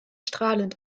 strahlend